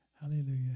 Hallelujah